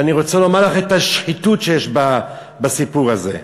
ואני רוצה לומר לך על השחיתות שיש בסיפור הזה.